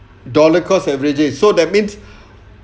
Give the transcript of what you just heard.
dollar cost averaging so that means